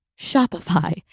Shopify